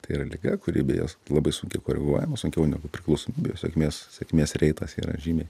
tai yra liga kuri beje labai sunkiai koreguojama sunkiau negu priklausomybė sėkmės sėkmės reitas yra žymiai